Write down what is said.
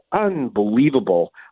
unbelievable